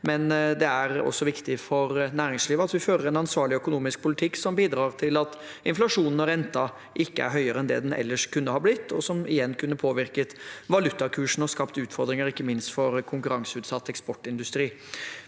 men det er også viktig for næringslivet at vi fører en ansvarlig økonomisk politikk som bidrar til at inflasjonen og renten ikke er høyere enn den ellers kunne blitt, og som igjen kunne påvirket valutakursen og skapt utfordringer, ikke minst for konkurranseutsatt eksportindustri.